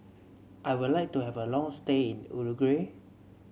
I would like to have a long stay in Uruguay